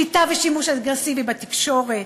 שליטה ושימוש אגרסיבי בתקשורת,